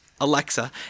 Alexa